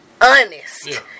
honest